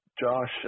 Josh